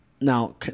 Now